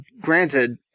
granted